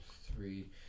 three